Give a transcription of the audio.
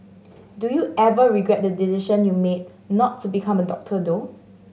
do you ever regret the decision you made not to become doctor though